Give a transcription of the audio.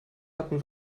hatten